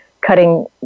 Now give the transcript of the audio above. cutting